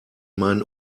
mein